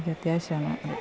എനിക്കത്യാവശ്യമാണ് അത്